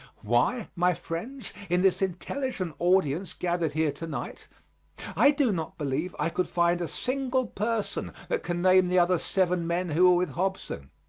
why, my friends, in this intelligent audience gathered here to-night i do not believe i could find a single person that can name the other seven men who were with hobson.